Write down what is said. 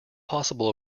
possible